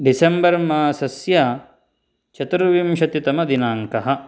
December मासस्य चतुर्विंशतितमदिनाङ्कः